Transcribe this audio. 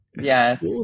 Yes